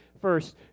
First